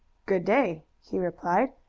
good-day, he replied.